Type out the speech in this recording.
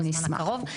בזמן הקרוב.